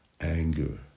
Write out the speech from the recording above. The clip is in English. anger